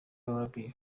albion